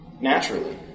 Naturally